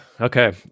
Okay